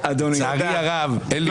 לצערי הרב אין לי כתובת.